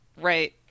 Right